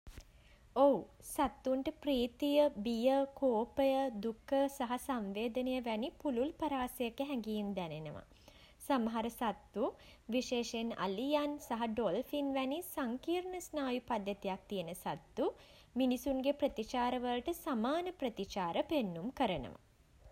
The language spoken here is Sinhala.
ඔව් සත්තුන්ට ප්‍රීතිය බිය කෝපය දුක සහ සංවේදනය වැනි පුළුල් පරාසයක හැඟීම් දැනෙනවා. සමහර සත්තු විශේෂයෙන් අලියන් සහ ඩොල්ෆින් වැනි සංකීර්ණ ස්නායු පද්ධතියක් තියෙන සත්තු මිනිසුන්ගේ ප්‍රතිචාරවලට සමාන ප්‍රතිචාර පෙන්නුම් කරනවා.